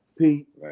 Pete